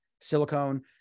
silicone